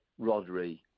Rodri